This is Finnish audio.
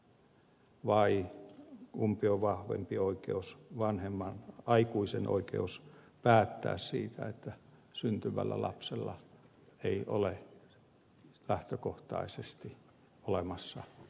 vai kumpi on vahvempi oikeus vanhemman aikuisen oikeus päättää siitä että syntyvällä lapsella ei ole lähtökohtaisesti olemassa isää